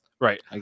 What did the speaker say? Right